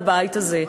בבית הזה,